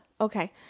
Okay